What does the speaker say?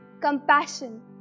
compassion